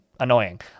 Annoying